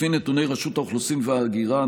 לפי נתוני רשות האוכלוסין וההגירה,